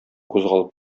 кузгалып